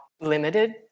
limited